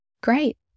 Great